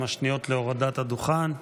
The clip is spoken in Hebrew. כמה שניות להורדת הדוכן.